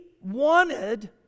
wanted